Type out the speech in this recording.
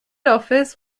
office